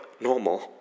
normal